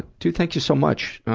dude, thank you so much.